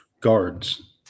guards